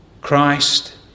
Christ